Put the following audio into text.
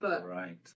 Right